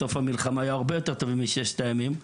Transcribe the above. ההישגים בסוף המלחמה היו הרבה יותר טובים מששת הימים.